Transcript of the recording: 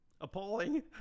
Appalling